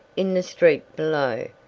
in the street below,